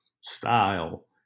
style